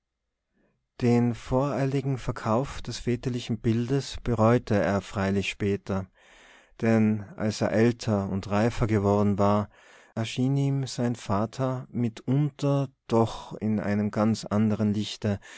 den voreiligen verkauf des väterlichen bildes bereute er freilich später denn als er älter und reifer geworden war erschien ihm sein vater mitunter doch in einem ganz anderen lichte